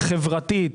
חברתית,